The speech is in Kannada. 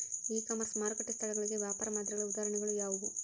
ಇ ಕಾಮರ್ಸ್ ಮಾರುಕಟ್ಟೆ ಸ್ಥಳಗಳಿಗೆ ವ್ಯಾಪಾರ ಮಾದರಿಗಳ ಉದಾಹರಣೆಗಳು ಯಾವುವು?